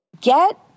Get